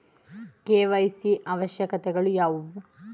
KYC ಅವಶ್ಯಕತೆಗಳು ಯಾವುವು?